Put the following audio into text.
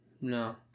No